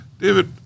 David